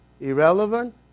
irrelevant